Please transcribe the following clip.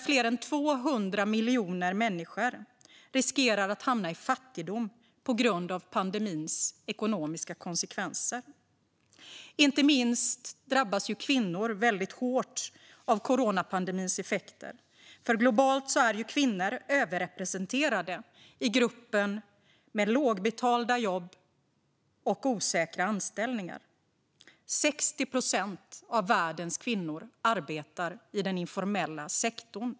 Över 200 miljoner människor riskerar att hamna i fattigdom på grund av pandemins ekonomiska konsekvenser. Inte minst drabbas kvinnor väldigt hårt av coronapandemins effekter, för globalt är ju kvinnor överrepresenterade i gruppen med lågbetalda jobb och osäkra anställningar. 60 procent av världens kvinnor arbetar i den informella sektorn.